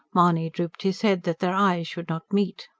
mahony drooped his head, that their eyes should not meet.